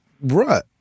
Right